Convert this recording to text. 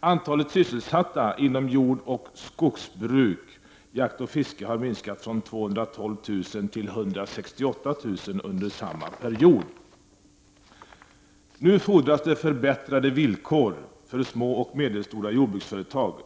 Antalet sysselsatta inom jordoch skogsbruk, jakt och fiske har minskat från 212 000 till 168 000 personer under samma period. Det fordras nu förbättrade villkor för små och medelstora jordbruksföretag.